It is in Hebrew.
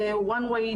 זה מסע בכיוון אחד,